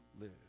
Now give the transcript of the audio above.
live